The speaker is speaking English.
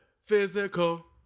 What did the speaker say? Physical